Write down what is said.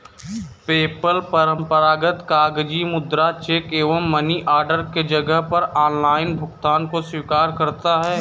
PayPal परंपरागत कागजी मुद्रा, चेक एवं मनी ऑर्डर के जगह पर ऑनलाइन भुगतान को स्वीकार करता है